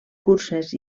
curses